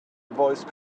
voice